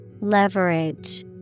Leverage